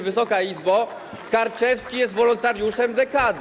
Wysoka Izbo, Karczewski jest wolontariuszem dekady.